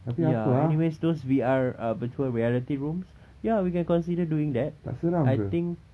ya anyways those V_R uh virtual reality rooms ya we can consider doing that I think